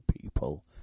people